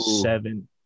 seven